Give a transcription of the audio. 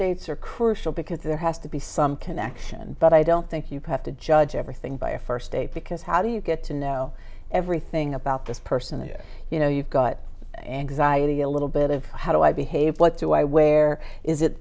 dates are crucial because there has to be some connection but i don't think you have to judge everything by a first date because how do you get to know everything about this person that you know you've got anxiety a little bit of how do i behave what do i wear is it